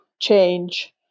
change